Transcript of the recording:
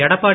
Edappadi